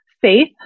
faith